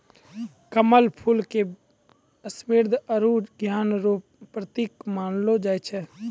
कमल फूल के समृद्धि आरु ज्ञान रो प्रतिक मानलो जाय छै